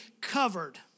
covered